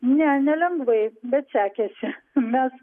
ne nelengvai bet sekėsi mes